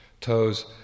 toes